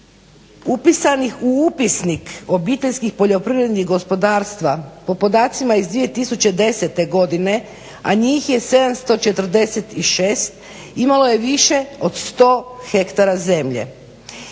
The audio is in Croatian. Upisanih u upisnik OPG-a po podacima iz 2010.godine, a njih je 746 imalo je više od 100 hektara zemlje.